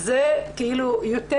זה כאילו יותר